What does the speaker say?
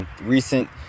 Recent